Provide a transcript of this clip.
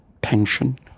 pension